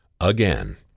again